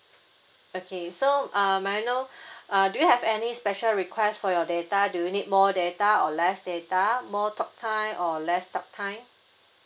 okay so uh may I know uh do you have any special request for your data do you need more data or less data more talktime or less talktime